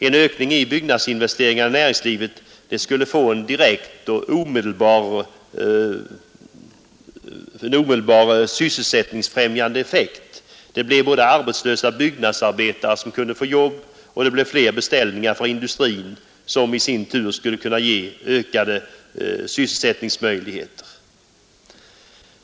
En ökning av byggnadsinvesteringarna i näringslivet skulle få en direkt och omedelbar sysselsättningsfrämjande effekt. Det bleve både arbetslösa byggnadsarbetare som kunde få jobb, och det bleve fler beställningar för industrin, som i sin tur skulle kunna ge ökade sysselsättningsmöjligheter.